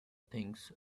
things